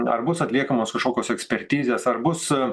ar bus atliekamos kažkiokios ekspertizės ar bus